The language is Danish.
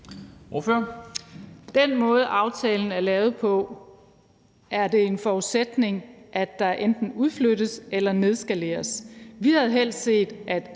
den måde, aftalen er lavet på, er det en forudsætning, at der enten udflyttes eller nedskaleres.